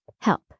Help